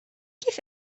kif